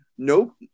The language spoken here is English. Nope